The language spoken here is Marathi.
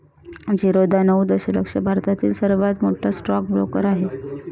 झिरोधा नऊ दशलक्ष भारतातील सर्वात मोठा स्टॉक ब्रोकर आहे